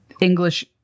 English